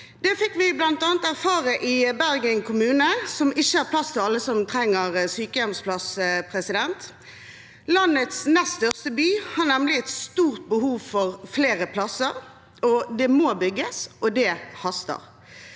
Det fikk vi bl.a. erfare i Bergen kommune, som ikke har plass til alle som trenger sykehjemsplass. Landets nest største by har nemlig et stort behov for flere plasser. Det må bygges, og det haster.